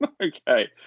Okay